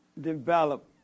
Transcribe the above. develop